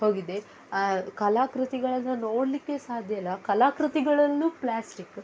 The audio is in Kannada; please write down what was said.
ಹೋಗಿದೆ ಆ ಕಲಾಕೃತಿಗಳನ್ನ ನೋಡಲಿಕ್ಕೆ ಸಾಧ್ಯ ಇಲ್ಲ ಆ ಕಲಾಕೃತಿಗಳಲ್ಲೂ ಪ್ಲಾಸ್ಟಿಕ್ಕ